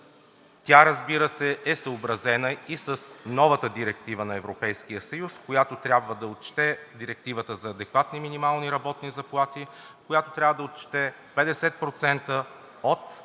Тя, разбира се, е съобразена и с новата директива на Европейския съюз, която трябва да отчете директивата за адекватни минимални работни заплати, която трябва да отчете 50% от